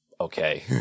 okay